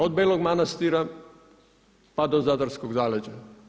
Od Belog Manastira pa do zadarskog zaleđa.